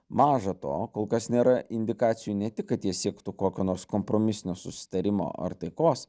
maža to kol kas nėra indikacijų ne tik kad jie siektų kokio nors kompromisinio susitarimo ar taikos